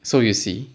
so you see